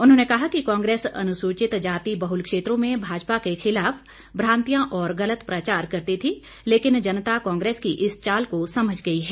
उन्होंने कहा कि कांग्रेस अनुसूचित जाति बहुल क्षेत्रों में भाजपा के खिलाफ भ्रांतियां और गलत प्रचार करती थी लेकिन जनता कांग्रेस की इस चाल को समझ गई है